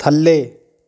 ਥੱਲੇ